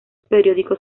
periódicos